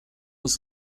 was